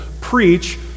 preach